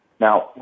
Now